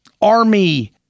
army